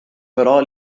però